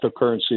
cryptocurrencies